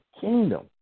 kingdom